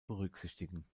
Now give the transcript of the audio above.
berücksichtigen